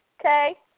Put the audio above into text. okay